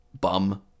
bum